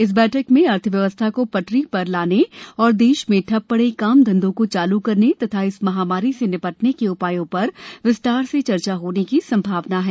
इस बैठक में अर्थव्यवस्था को पटरी पर लाने और देश में ठप पड़े काम धंधों को चालू करने तथा इस महामारी से निपटने के उपायों पर विस्तार से चर्चा होने की सम्भावना है